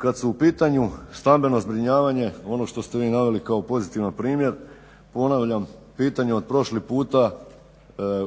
Kad su u pitanju stambeno zbrinjavanje, ono što ste vi naveli kao pozitivan primjer. Ponavljam, pitanje od prošli puta.